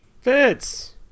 Fitz